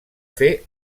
fer